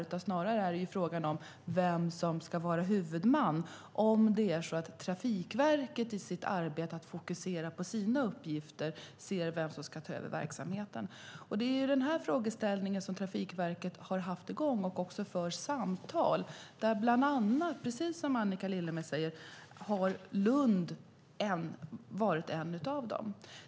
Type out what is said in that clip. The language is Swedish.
Det är snarare fråga om vem som ska vara huvudman, om Trafikverket i sitt arbete med att fokusera på sina uppgifter ser vem som ska ta över verksamheten. Det är den frågeställningen som Trafikverket har haft uppe och för samtal om. Precis som Annika Lillemets säger har Lund varit en av dem som nämnts.